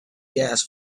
gas